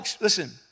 Listen